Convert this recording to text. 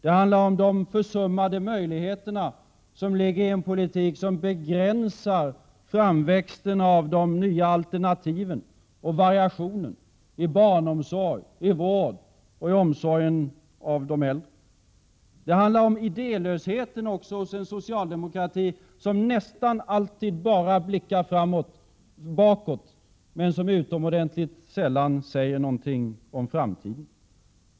Det handlar om de försummade möjligheterna som ligger i en politik som begränsar framväxten av de nya alternativen och variationen i barnomsorg, i vård och i omsorg om de äldre. Det handlar också om idélöshet hos en socialdemokrati som nästan alltid bara blickar bakåt, men som oerhört sällan säger något om framtiden.